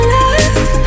love